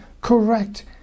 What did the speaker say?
correct